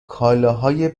کالاهای